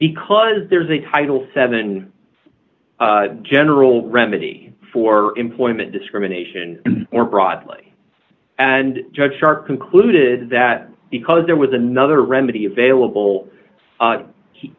because there's a title seven general remedy for employment discrimination or broadly and judge starr concluded that because there was another remedy available